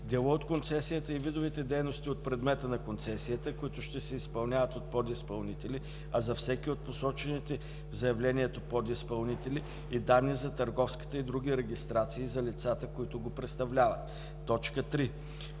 дела от концесията и видовете дейности от предмета на концесията, които ще се изпълняват от подизпълнители, а за всеки от посочените в заявлението подизпълнители – и данни за търговската и други регистрации и за лицата, които го представляват; 3.